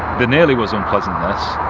the nearly was unpleasantness.